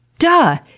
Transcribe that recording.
duh!